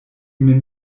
min